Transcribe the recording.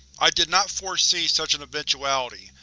i did not foresee such an eventuality,